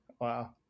wow